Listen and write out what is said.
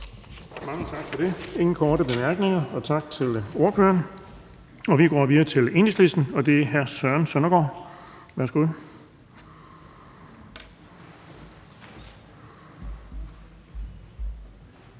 Mange tak for det. Der er ingen korte bemærkninger. Tak til ordføreren. Vi går videre til Enhedslisten, og det er hr. Søren Søndergaard. Værsgo.